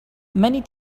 many